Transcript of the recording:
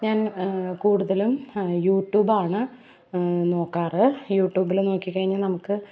ഞാൻ കൂടുതലും യൂട്ടുബാണ് നോക്കാറ് യൂട്ടൂബില് നോക്കിക്കഴിഞ്ഞാല് നമുക്ക്